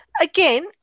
again